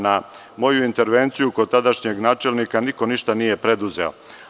Na moju intervenciju kod tadašnjeg načelnika, niko ništa nije preduzeo.